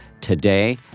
today